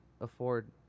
afford